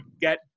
get